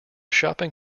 shopping